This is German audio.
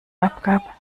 abgab